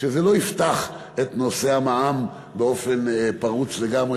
שזה לא יפתח את נושא המע"מ באופן פרוץ לגמרי,